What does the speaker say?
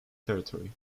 territory